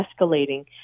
escalating